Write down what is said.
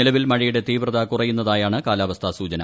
നിലവിൽ മഴയുടെ തീവ്രത കുറയുന്നതായാണ് കാലാവസ്ഥാ സൂചന